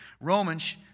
Romans